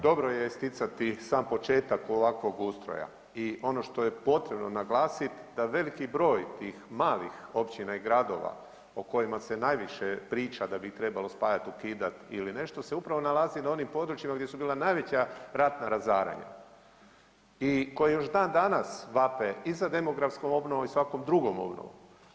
Dosta je isticati sam početak ovakvog ustroja i ono što je potrebno naglasit da veliki broj tih malih općina i gradova o kojima se najviše priča da bi trebalo spajat, ukidat ili nešto se upravo nalazi na onim područjima gdje su bila najveća ratna razaranja i koji još dan danas vape i za demografskom obnovom i svakom drugom obnovom.